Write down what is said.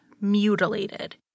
mutilated